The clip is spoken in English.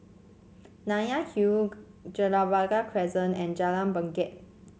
Nanyang Hill Gibraltar Crescent and Jalan Bangket